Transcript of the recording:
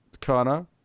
Connor